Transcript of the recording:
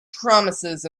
promises